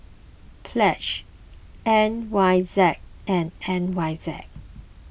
Pledge N Y Z and N Y Z